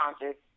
conscious